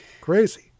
Crazy